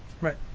right